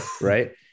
right